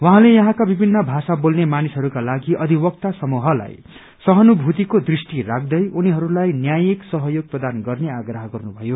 उहाँले यहाँका विभिन्न भाषा बोल्ने मानिसहरूका लागि अधिवक्ता समूहलाई सहानुभूतिको टृष्टि राख्दै उनीहरूलाई न्यायिक सहयोग प्रदान गर्ने आग्रह गर्नुभयो